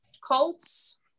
Colts